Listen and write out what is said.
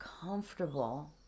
comfortable